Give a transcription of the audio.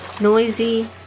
Noisy